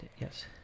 yes